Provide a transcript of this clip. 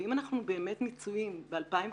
ואם אנחנו באמת מצויים ב-2018,